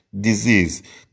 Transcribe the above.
Disease